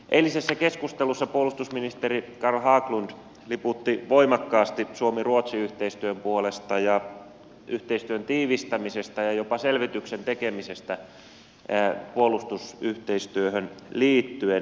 eilisessä keskustelussa puolustusministeri carl haglund liputti voimakkaasti suomiruotsi yhteistyön puolesta ja yhteistyön tiivistämisen ja jopa selvityksen tekemisen puolesta puolustusyhteistyöhön liittyen